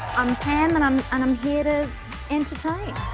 i'm pam and i'm and i'm here to entertain.